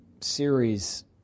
series